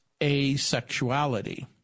asexuality